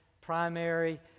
primary